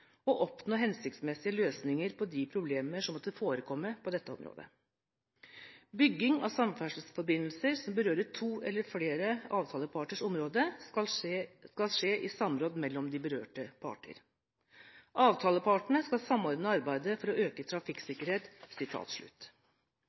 oppnå hensiktsmessige løsninger på de problemer som måtte forekomme på dette område. Bygging av samferdselsforbindelser som berører to eller flere avtaleparters område, skal skje i samråd mellom de berørte parter. Avtalepartene skal samordne arbeidet for